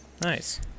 Nice